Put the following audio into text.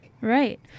Right